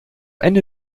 ende